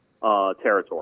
territory